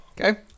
Okay